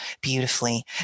beautifully